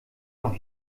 noch